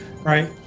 right